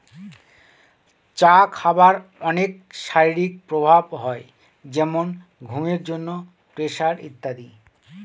চা খাবার অনেক শারীরিক প্রভাব হয় যেমন ঘুমের জন্য, প্রেসার ইত্যাদি